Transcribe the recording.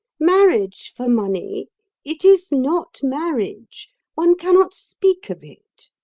marriage for money it is not marriage one cannot speak of it.